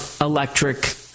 electric